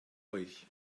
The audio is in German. euch